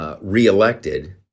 reelected